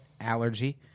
allergy